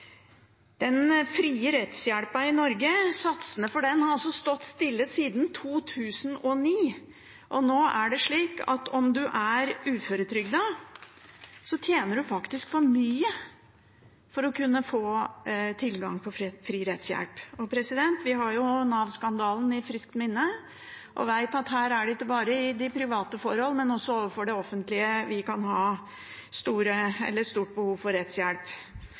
den frie rettshjelpen i Norge har stått stille siden 2009, og nå er det slik at om en er uføretrygdet, tjener en for mye til å kunne få tilgang til fri rettshjelp. Vi har jo Nav-skandalen friskt i minne, og vi vet at her er det ikke bare i private forhold, men også overfor det offentlige vi kan ha stort behov for rettshjelp.